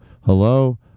Hello